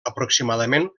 aproximadament